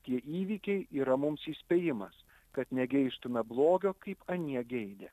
tie įvykiai yra mums įspėjimas kad negeistume blogio kaip anie geidė